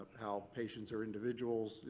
how patients are individuals,